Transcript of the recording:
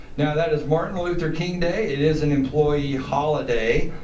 now, that is martin luther king day. it is an employee holiday.